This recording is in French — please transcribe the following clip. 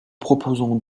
proposons